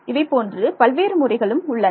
இவை போன்று பல்வேறு முறைகளும் உள்ளன